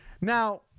Now